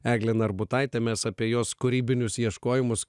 eglė narbutaitė mes apie jos kūrybinius ieškojimus